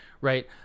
right